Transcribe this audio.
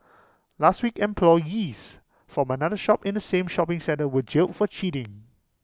last week employees from another shop in the same shopping centre were jailed for cheating